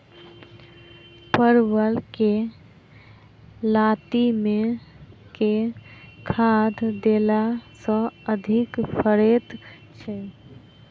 परवल केँ लाती मे केँ खाद्य देला सँ अधिक फरैत छै?